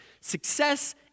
Success